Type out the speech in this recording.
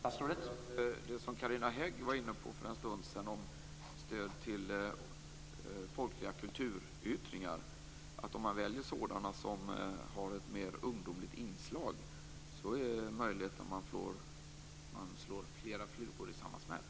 Herr talman! Carina Hägg talade för en stund sedan om stödet till folkliga kulturyttringar. Om man väljer sådana med ett mer ungdomligt inslag är det möjligt att man kan slå flera flugor i samma smäll.